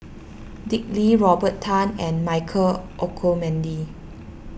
Dick Lee Robert Tan and Michael Olcomendy